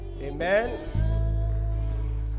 amen